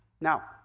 Now